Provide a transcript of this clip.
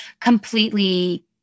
completely